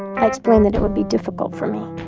i explained that it would be difficult for me